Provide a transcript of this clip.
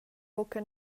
buca